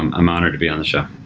i'm honored to be on the show.